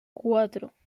cuatro